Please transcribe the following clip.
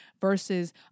versus